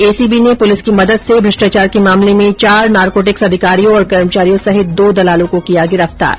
ACB ने police की मदद से भ्रष्टाचार के मामले में चार नारकोटिक्स अधिकारियों और कर्मचारियों सहित दो दलालों को किया गिरफ्तार